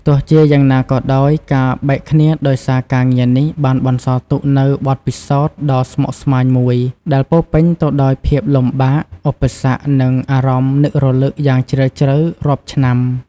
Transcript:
ទោះជាយ៉ាងណាក៏ដោយ ការបែកគ្នាដោយសារការងារនេះ បានបន្សល់ទុកនូវបទពិសោធន៍ដ៏ស្មុគស្មាញមួយ ដែលពោរពេញទៅដោយភាពលំបាក ឧបសគ្គ និងអារម្មណ៍នឹករលឹកយ៉ាងជ្រាលជ្រៅរាប់ឆ្នាំ។